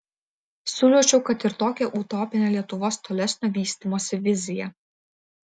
siūlyčiau kad ir tokią utopinę lietuvos tolesnio vystymosi viziją